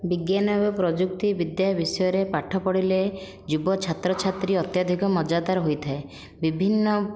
ବିଜ୍ଞାନ ଏବଂ ପ୍ରଯୁକ୍ତି ବିଦ୍ୟା ବିଷୟରେ ପାଠ ପଢ଼ିଲେ ଯୁବ ଛାତ୍ରଛାତ୍ରୀ ଅତ୍ୟଧିକ ମଜାଦାର ହୋଇଥାଏ ବିଭିନ୍ନ